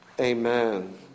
Amen